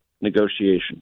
negotiation